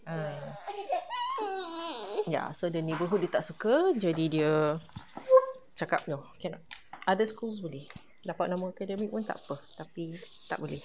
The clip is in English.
ah ya so the neighbourhood dia tak suka jadi dia cakap cannot other school boleh dapat normal academic pun takpe tapi tak boleh